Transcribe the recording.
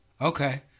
Okay